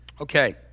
Okay